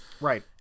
Right